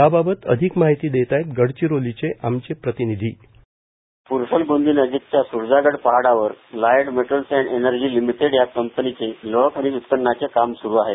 याबाबत अधिक माहिती देत आहेत गडचिरोलीवरून आमचे प्रतिनिधी बाईट प्रसलगोंदीनजीकच्या स्रजागड पहाडावर Lloyd Metals and Energy Limited या कंपनीनं लोहखनिज उत्खननाचं काम स्रु आहे